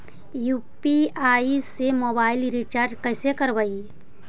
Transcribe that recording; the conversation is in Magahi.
यु.पी.आई से मोबाईल रिचार्ज कैसे करबइ?